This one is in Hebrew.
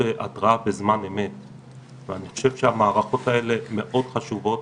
אני חושב שכדאי שכולם יקראו אותו,